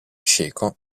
cieco